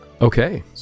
Okay